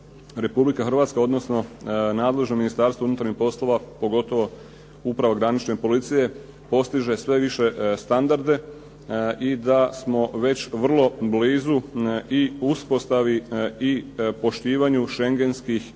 Republika Hrvatska odnosno nadležno Ministarstvo unutarnjih poslova pogotovo Uprava granične policije postiže sve više standarde i da smo već vrlo blizu i uspostavi i poštivanju šengenskih